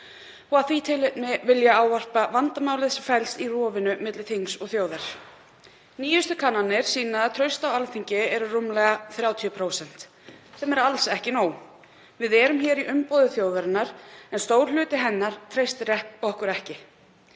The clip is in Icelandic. Af því tilefni vil ég fjalla um vandamálið sem felst í rofinu milli þings og þjóðar. Nýjustu kannanir sýna að traust á Alþingi er rúmlega 30%, sem er alls ekki nóg. Við erum hér í umboði þjóðarinnar en stór hluti hennar treystir okkur ekki.